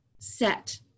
set